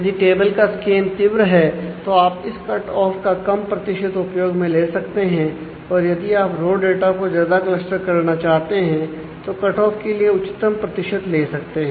यदि टेबल का स्कैन के लिए उच्चतम प्रतिशत ले सकते हैं